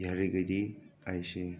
ꯌꯥꯔꯒꯗꯤ ꯑꯩꯁꯦ